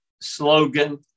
slogan